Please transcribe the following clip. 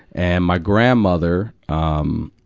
and my grandmother, um,